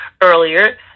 earlier